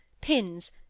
pins